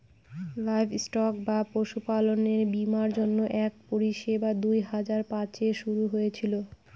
livestock বা পশুপালনের বীমার জন্য এক পরিষেবা দুই হাজার পাঁচে শুরু হয়েছিল